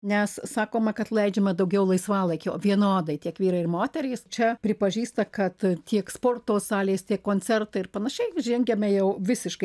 nes sakoma kad leidžiama daugiau laisvalaikio vienodai tiek vyrai ir moterys čia pripažįsta kad tiek sporto salės tiek koncertai ir panašiai žengiame jau visiškai